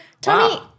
tommy